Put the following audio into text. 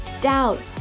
doubt